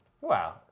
Wow